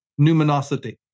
numinosity